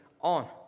on